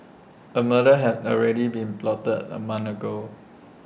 A murder had already been plotted A month ago